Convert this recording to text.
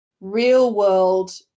real-world